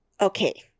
Okay